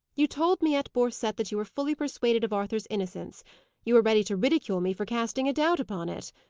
you told me at borcette that you were fully persuaded of arthur's innocence you were ready to ridicule me for casting a doubt upon it,